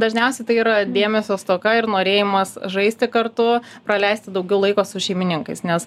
dažniausiai tai yra dėmesio stoka ir norėjimas žaisti kartu praleisti daugiau laiko su šeimininkais nes